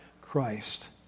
Christ